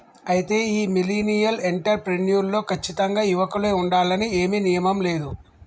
అయితే ఈ millennial entrepreneur లో కచ్చితంగా యువకులే ఉండాలని ఏమీ నియమం లేదు